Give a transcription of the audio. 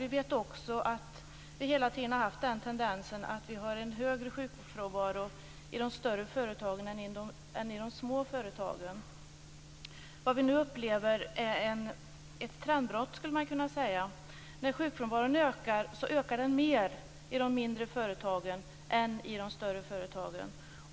Vi vet också att vi hela tiden haft den tendensen att vi har en högre sjukfrånvaro i de större företagen än i de små. Vad vi nu upplever är ett trendbrott, skulle man kunna säga. När sjukfrånvaron ökar så ökar den mer i de mindre företagen än i de större företagen.